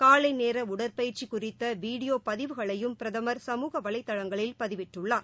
காலை நேர உடற்பயிற்சி குறித்த வீடியோ பதிவுகளையும் பிரதம் சமூக வலைதளங்களில் பதிவிட்டுள்ளார்